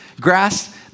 Grass